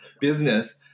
business